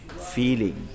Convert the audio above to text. feeling